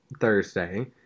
Thursday